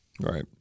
Right